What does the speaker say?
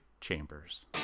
Chambers